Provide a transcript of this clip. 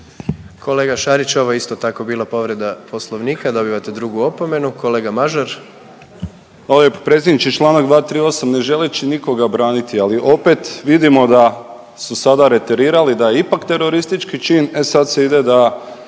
Kolega Šarić ovo je isto tako bila povreda Poslovnika, dobivate drugu opomenu. Kolega Mažar. **Mažar, Nikola (HDZ)** Hvala lijepa predsjedniče. Članak 238. Ne želeći nikoga braniti, ali opet vidimo da su sada reterirali da je ipak teroristički čin, e sad se ide da